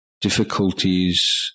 difficulties